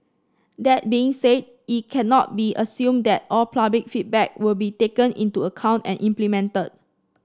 that being said it cannot be assumed that all public feedback will be taken into account and implemented